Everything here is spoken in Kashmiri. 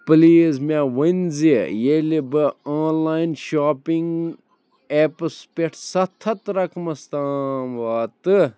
پٕلیٖز مےٚ ؤنۍ زِ ییٚلہِ بہٕ آن لایِن شاپنٛگ ایپَس پٮ۪ٹھ سَتھ ہَتھ رقمَس تام واتہٕ